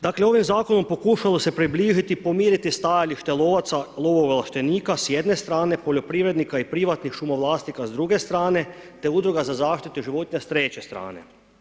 Dakle, ovaj zakon pokušalo se približiti, pomiriti stajalište lovaca, lovo ovlaštenika s jedne strane, poljoprivrednika i privatnih šumo vlasnika s druge strane, te Udruga za zaštitu životinja s treće strane.